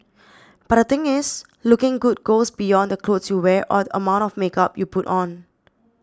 but the thing is looking good goes beyond the clothes you wear or the amount of makeup you put on